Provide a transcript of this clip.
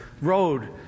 road